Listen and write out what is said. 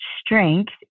strength